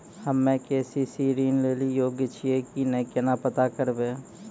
हम्मे के.सी.सी ऋण लेली योग्य छियै की नैय केना पता करबै?